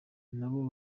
nabo